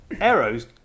arrows